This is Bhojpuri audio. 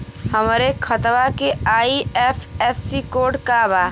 हमरे खतवा के आई.एफ.एस.सी कोड का बा?